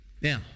now